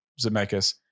Zemeckis